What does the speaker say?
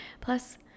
Plus